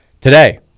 today